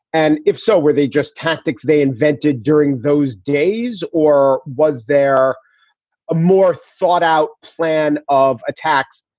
and if so, were they just tactics they invented during those days? or was there a more thought out plan of attacks,